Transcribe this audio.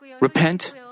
repent